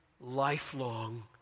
lifelong